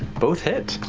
both hit.